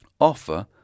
Offer